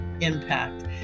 impact